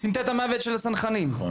סמטת המוות של הצנחנים,